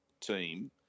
team